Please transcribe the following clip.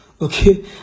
Okay